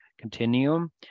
continuum